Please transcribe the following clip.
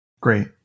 Great